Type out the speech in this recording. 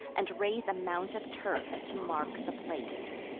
and raise a mount of turf to mark the place.